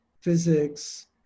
physics